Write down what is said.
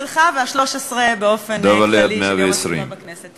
העשירית שלך וה-13 באופן כללי של יום הסביבה בכנסת.